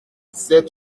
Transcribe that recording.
ces